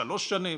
לשלוש שנים?